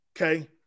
okay